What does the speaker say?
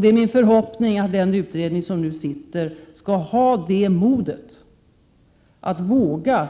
Det är min förhoppning att den utredning som nu är tillsatt skall ha modet att våga